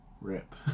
rip